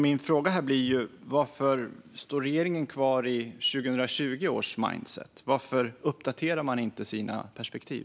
Min fråga blir därför: Varför står regeringen kvar i 2020 års mindset? Varför uppdaterar man inte sina perspektiv?